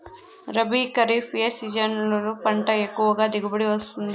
రబీ, ఖరీఫ్ ఏ సీజన్లలో పంట ఎక్కువగా దిగుబడి వస్తుంది